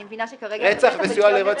אני מבינה שכרגע זה רצח וסיוע לרצח?